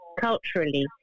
culturally